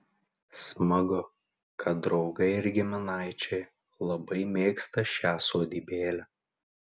smagu kad draugai ir giminaičiai labai mėgsta šią sodybėlę